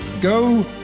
Go